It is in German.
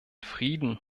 frieden